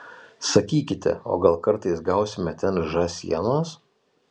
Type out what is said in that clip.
sakykite o gal kartais gausime ten žąsienos